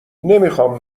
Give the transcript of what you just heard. نمیخوام